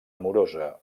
amorosa